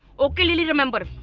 okay, lilly, remember,